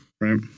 Right